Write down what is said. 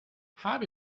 habe